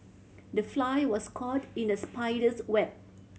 the fly was caught in the spider's web